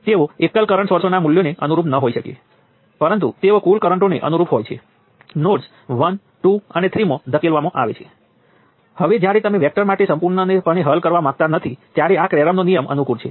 હવે આ ચોક્કસ કિસ્સામાં V2 અહીં અને ત્યાં પણ દેખાય છે પરંતુ સામાન્ય રીતે તે સાચું હોય તે જરૂરી નથી તમારી પાસે નિયંત્રણ નોડ નિયંત્રિત નોડથી સંપૂર્ણપણે અલગ હોઈ શકે છે